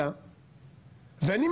אז הנה,